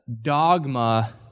dogma